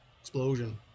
explosion